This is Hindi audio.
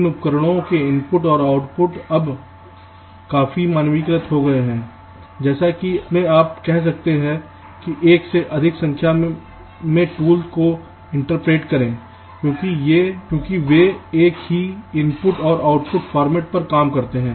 इन उपकरणों के इनपुट और आउटपुट अब काफी मानकीकृत हो गए हैं जिससे आप कह सकते हैं कि एक से अधिक संख्या में टूल को इंटरप्रेट करें क्योंकि वे एक ही इनपुट और आउटपुट फॉर्मेट पर काम करते हैं